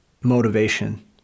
motivation